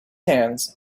hands